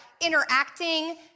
interacting